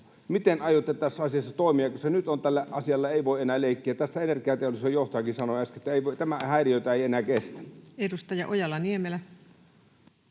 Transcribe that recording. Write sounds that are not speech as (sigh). Miten aiotte tässä asiassa toimia? Nyt tällä asialla ei voi enää leikkiä. (noise) Tässä Energiateollisuuden johtajakin sanoi äsken, että tätä häiriötä ei enää kestä. Edustaja Ojala-Niemelä.